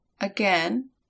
Again